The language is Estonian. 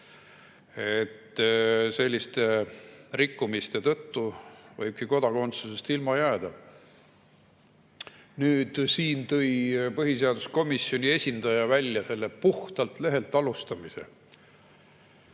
et selliste rikkumiste tõttu võibki kodakondsusest ilma jääda. Siin tõi põhiseaduskomisjoni esindaja välja puhtalt lehelt alustamise